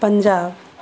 Punjab